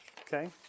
Okay